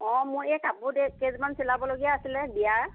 মোৰ এই কাপোৰ দে কেইযোৰমান চিলাবলগীয়া আছিলে বিয়াৰ